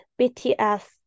BTS